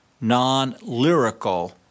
non-lyrical